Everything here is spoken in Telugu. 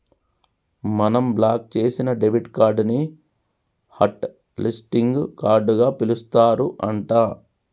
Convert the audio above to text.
మనం బ్లాక్ చేసిన డెబిట్ కార్డు ని హట్ లిస్టింగ్ కార్డుగా పిలుస్తారు అంట